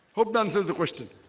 hoped answers the question.